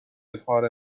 اظهار